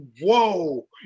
Whoa